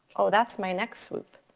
oh that's my next swoop.